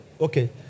Okay